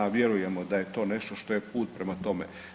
Vjerujemo da je to nešto što je put prema tome.